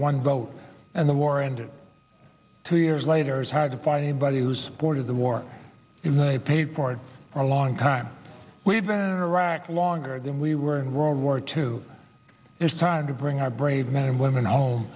one vote and the war ended two years later it's hard to find anybody who supported the war in iraq i paid for it a long time we've been in iraq longer than we were in world war two it's time to bring our brave men and women home